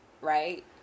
right